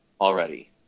already